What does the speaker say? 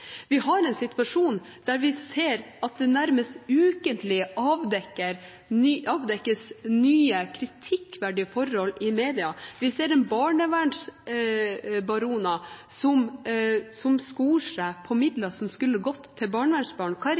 Vi har en situasjon der vi ser at det i media nærmest ukentlig avdekkes nye kritikkverdige forhold, vi ser barnevernsbaroner som skor seg på midler som skulle gått til barnevernsbarn.